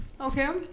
Okay